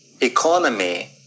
economy